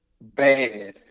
bad